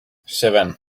seven